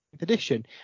edition